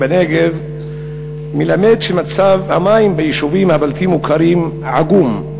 בנגב מלמד שמצב המים ביישובים הבלתי-מוכרים עגום.